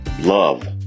love